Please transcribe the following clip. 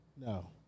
No